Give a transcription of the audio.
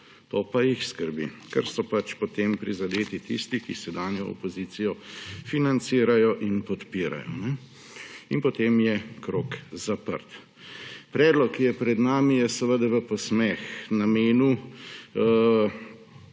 To pa jih skrbi, ker so pač potem prizadeti tisti, ki sedanjo opozicijo financirajo in podpirajo. In potem je krog zaprt. Predlog, ki je pred nami, je seveda v posmeh namenu